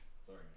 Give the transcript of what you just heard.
Sorry